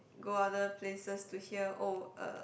go other places to hear oh uh